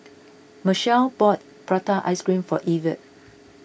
Michell bought Prata Ice Cream for Evertt